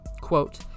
Quote